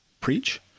preach